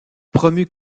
promu